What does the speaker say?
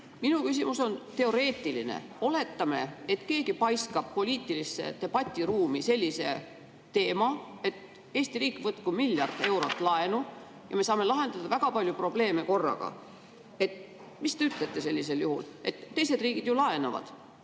Minu küsimus on teoreetiline. Oletame, et keegi paiskab poliitilisse debatiruumi sellise teema, et Eesti riik võtku miljard eurot laenu, ja me saame lahendada väga palju probleeme korraga. Mida te ütlete sellisel juhul? Teised riigid laenavad